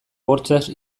bortxaz